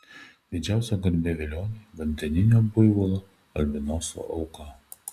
didžiausia garbė velioniui vandeninio buivolo albinoso auka